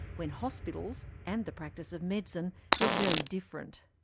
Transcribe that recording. when hospitals, and the practice of medicine, were very different.